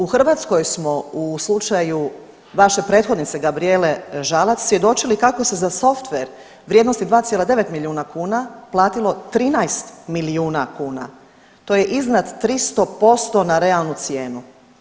U Hrvatskoj smo u slučaju vaše prethodnice Gabrijele Žalac svjedočili kako se za softver vrijednosti 2,9 milijuna kuna platilo 13 milijuna kuna, to je iznad 300% na realnu cijenu.